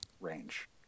range